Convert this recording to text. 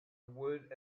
word